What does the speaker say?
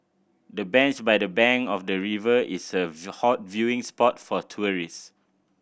the bench by the bank of the river is a hot viewing spot for tourist